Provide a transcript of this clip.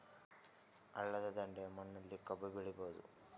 ಹಳ್ಳದ ದಂಡೆಯ ಮಣ್ಣಲ್ಲಿ ಕಬ್ಬು ಬೆಳಿಬೋದ?